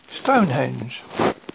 Stonehenge